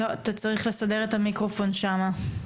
לא יודעת אם נצליח לחבר אותו,